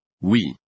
oui